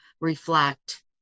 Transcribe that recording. reflect